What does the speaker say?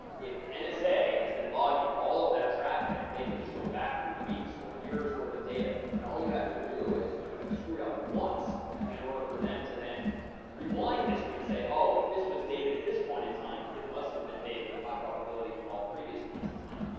if the and nsa has been logging all of that traffic, they can just go back through weeks or years worth of data. and all you have to do is to have screwed up once in order for them to then rewind history and say oh, if this was david at this point in time, it must have been david with high probability in all previous points in time.